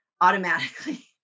automatically